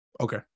okay